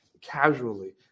casually